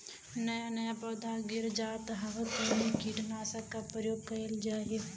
नया नया पौधा गिर जात हव कवने कीट नाशक क प्रयोग कइल जाव?